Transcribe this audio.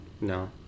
No